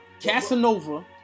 Casanova